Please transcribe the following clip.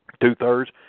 two-thirds